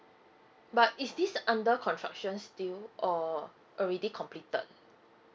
but is this under construction still or already completed